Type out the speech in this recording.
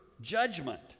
judgment